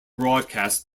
broadcast